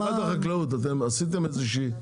עכשיו, משרד החקלאות, אתם עשיתם איזושהי,